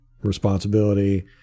responsibility